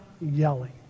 yelling